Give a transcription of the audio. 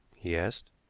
he asked.